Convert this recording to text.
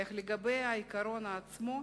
אך לגבי העיקרון עצמו,